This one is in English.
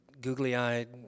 googly-eyed